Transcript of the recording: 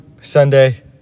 Sunday